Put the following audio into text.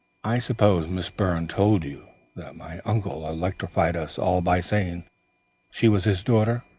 i suppose miss byrne told you that my uncle electrified us all by saying she was his daughter,